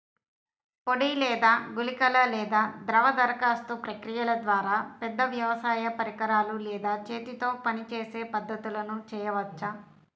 పొడి లేదా గుళికల లేదా ద్రవ దరఖాస్తు ప్రక్రియల ద్వారా, పెద్ద వ్యవసాయ పరికరాలు లేదా చేతితో పనిచేసే పద్ధతులను చేయవచ్చా?